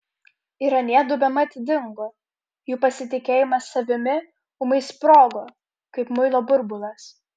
ir aniedu bemat dingo jų pasitikėjimas savimi ūmai sprogo kaip muilo burbulas